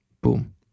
boom